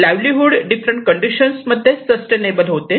livelihood different conditions मध्ये sustainable होते